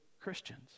Christians